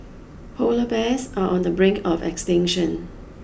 polar bears are on the brink of extinction